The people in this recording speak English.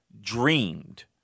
dreamed